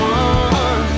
one